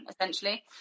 essentially